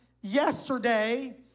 yesterday